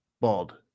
bald